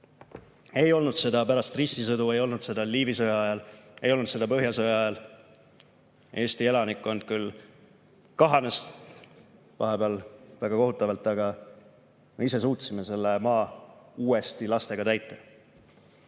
Ei olnud seda pärast ristisõdu, ei olnud seda Liivi sõja ajal, ei olnud põhjasõja ajal. Eesti elanikkond küll kahanes vahepeal väga kohutavalt, aga me ise suutsime selle maa uuesti lastega täita.